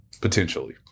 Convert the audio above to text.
potentially